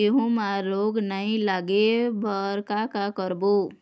गेहूं म रोग नई लागे बर का का करबो?